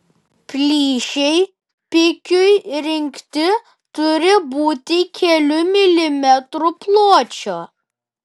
plyšiai pikiui rinkti turi būti kelių milimetrų pločio